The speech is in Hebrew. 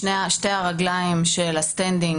שתי הרגליים של הסטנדינג